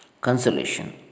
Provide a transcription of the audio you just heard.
Consolation